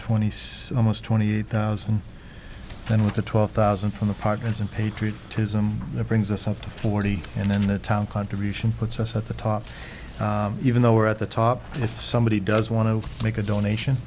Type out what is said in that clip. twenty six almost twenty eight thousand and twelve thousand from the partners in patriot tism that brings us up to forty and then the town contribution puts us at the top even though we're at the top if somebody does want to make a donation